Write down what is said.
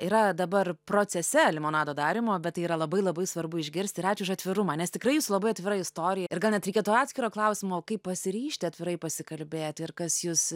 yra dabar procese limonado darymo bet tai yra labai labai svarbu išgirsti ir ačiū už atvirumą nes tikrai jūsų labai atvira istorija ir gal net reikėtų atskiro klausimo o kaip pasiryžti atvirai pasikalbėti ir kas jus